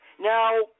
Now